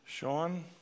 Sean